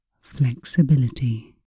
flexibility